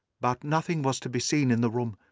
but nothing was to be seen in the room.